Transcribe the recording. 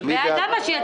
--- אז מה עשית?